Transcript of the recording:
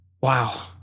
wow